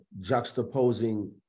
juxtaposing